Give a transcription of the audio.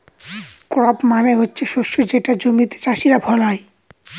crop মানে হচ্ছে শস্য যেটা জমিতে চাষীরা ফলায়